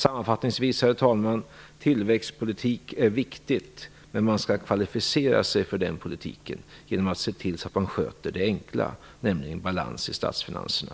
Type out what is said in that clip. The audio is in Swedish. Sammanfattningsvis: Tillväxtpolitik är viktigt, men man skall kvalificera sig för en sådan politik genom att se till att man först kan sköta det enkla, nämligen balans i statsfinanserna.